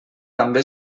també